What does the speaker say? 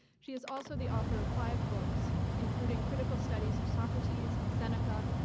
she is also the author of five books, including critical studies of socrates and seneca,